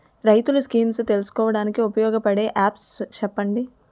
రైతులు స్కీమ్స్ తెలుసుకోవడానికి ఉపయోగపడే యాప్స్ చెప్పండి?